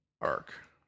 arc